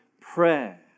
prayer